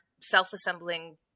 self-assembling